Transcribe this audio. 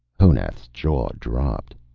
honath's jaw dropped.